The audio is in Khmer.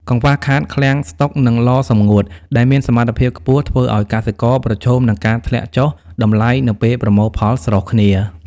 កង្វះខាតឃ្លាំងស្ដុក និងឡសម្ងួតដែលមានសមត្ថភាពខ្ពស់ ធ្វើឱ្យកសិករប្រឈមនឹងការធ្លាក់ចុះតម្លៃនៅពេលប្រមូលផលស្រុះគ្នា។